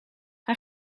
hij